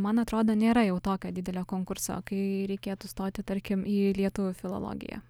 man atrodo nėra jau tokio didelio konkurso kai reikėtų stoti tarkim į lietuvių filologiją